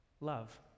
love